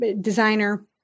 designer